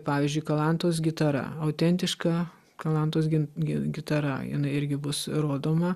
pavyzdžiui kalantos gitara autentiška kalantos gin gi gitara jinai irgi bus rodoma